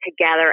together